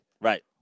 right